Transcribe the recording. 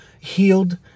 healed